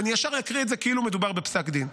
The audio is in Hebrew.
ואני ישר אקריא את זה כאילו מדובר בפסק דין,